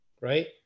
right